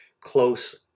close